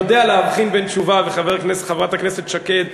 יודע להבחין בין תשובה וחברת הכנסת שקד,